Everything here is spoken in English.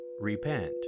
Repent